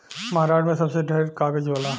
महारास्ट्र मे सबसे ढेर कागज़ होला